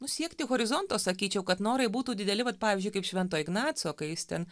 nu siekti horizonto sakyčiau kad norai būtų dideli vat pavyzdžiui kaip švento ignaco kai jis ten